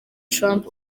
trump